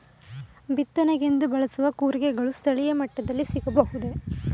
ಬಿತ್ತನೆಗೆಂದು ಬಳಸುವ ಕೂರಿಗೆಗಳು ಸ್ಥಳೀಯ ಮಟ್ಟದಲ್ಲಿ ಸಿಗಬಹುದೇ?